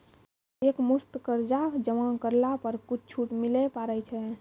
एक मुस्त कर्जा जमा करला पर कुछ छुट मिले पारे छै?